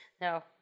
no